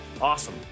Awesome